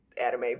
anime